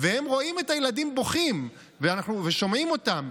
הם רואים את הילדים בוכים ושומעים אותם,